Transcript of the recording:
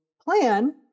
plan